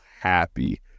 happy